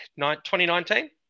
2019